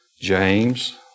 James